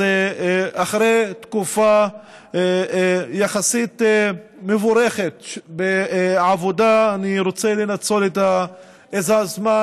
אז אחרי תקופה יחסית מבורכת בעבודה, זה הזמן